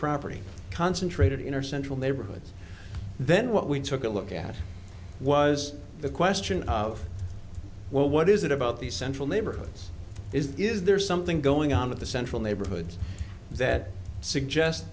property concentrated in our central neighborhoods then what we took a look at was the question of well what is it about the central neighborhoods is there something going on with the central neighborhoods that suggest